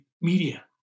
media